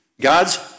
God's